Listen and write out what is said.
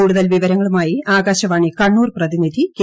കൂടുതൽ വിവരങ്ങളുമായി ആകാശവാണി കണ്ണൂർ പ്രതിനിധി കെ